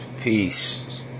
peace